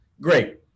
great